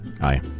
Hi